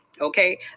okay